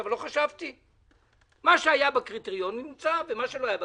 מה שהיה בקריטריון, נמצא ומה שלא היה בקריטריון,